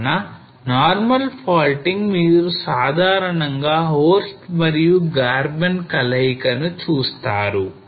కావున normal faulting మీరు సాధారణంగా horst మరియు Garben కలయికను చూస్తారు